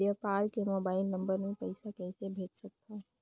व्यापारी के mobile number मे पईसा कइसे भेज सकथव?